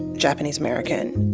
japanese-american,